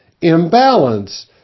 imbalance